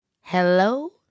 Hello